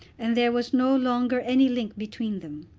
and there was no longer any link between them.